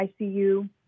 ICU